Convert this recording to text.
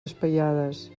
espaiades